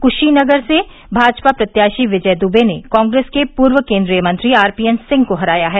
कृशीनगर नगर से भाजपा प्रत्याशी विजय दुबे ने कॉंग्रेस के पूर्व केन्द्रीय मंत्री आर पी एन सिंह को हराया है